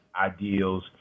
ideals